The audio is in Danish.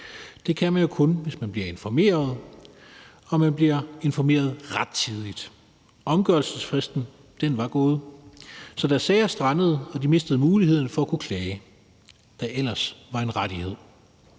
det kan man jo kun, hvis man bliver informeret – og hvis man bliver informeret rettidigt. Omgørelsesfristen var overskredet, så deres sager strandede, og de mistede muligheden for at kunne klage, hvilket ellers var en rettighed.